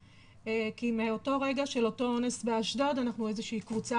כי מאותו רגע של אותו אונס באשדוד אנחנו קבוצה